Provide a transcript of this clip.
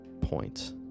point